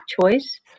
choice